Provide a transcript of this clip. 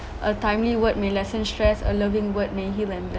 a timely word may lessen stress a loving word may heal and